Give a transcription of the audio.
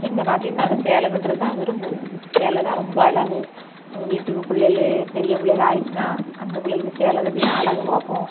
எங்கள் நாட்டில் நாங்கள் சேலை கட்டுறத தான் விரும்புவோம் சேலை தான் ரொம்ப அழகு வீட்டுக்கு பிள்ளைகளு பெரிய பிள்ளைகள் ஆகிர்ச்சினா அந்த பிள்ளைகளுக்கு சேலை கட்டி தான் அழகு பார்ப்போம்